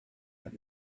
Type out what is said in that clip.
but